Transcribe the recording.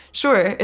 sure